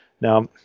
Now